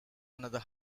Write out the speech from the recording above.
another